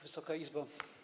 Wysoka Izbo!